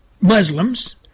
Muslims